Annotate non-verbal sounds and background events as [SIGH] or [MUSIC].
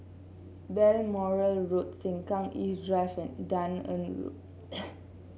Balmoral Road Sengkang East Drive and Dunearn Road [NOISE]